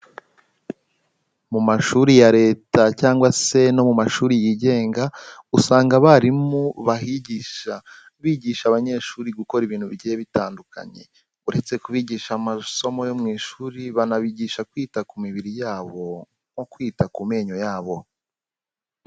Mu mashuri ya leta cyangwa se no mu mashuri yigenga usanga abarimu bahigisha, bigisha abanyeshuri gukora ibintu bigiye bitandukanye. Uretse kubigisha amasomo yo mu ishuri banabigisha kwita ku mibiri yabo nko kwita ku menyo yabo.